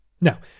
Now